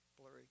blurry